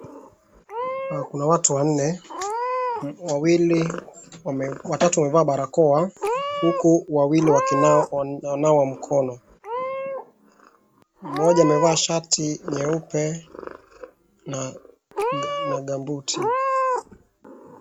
Kuna watu wanne, watatu wamevaa barakoa huku wawili wananawa mkono. Mmoja amevaa shati nyeupe na gambuti .